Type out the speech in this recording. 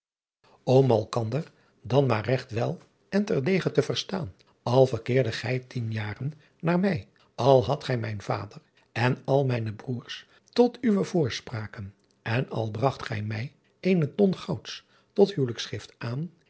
malkander dan maar regt wel en ter dege te verstaan al verkeerde gij tien jaren naar mij al hadt gij mijn vader en al mijne broêrs tot uwe voorspraken en al bragt gij mij eene ton gouds tot huwelijksgift aan